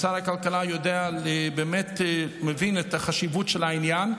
שר הכלכלה יודע ובאמת מבין את החשיבות של העניין,